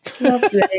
Lovely